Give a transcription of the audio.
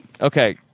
Okay